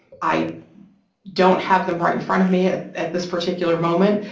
i don't have them right in front of me ah at this particular moment,